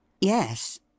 yes